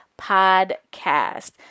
podcast